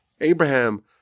Abraham